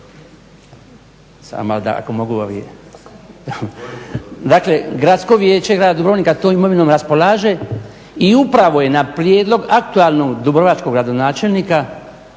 raspolagalo tom imovinom. Dakle, Gradsko vijeća grada Dubrovnika tom imovinom raspolaže i upravo je na prijedlog aktualnog dubrovačkog gradonačelnika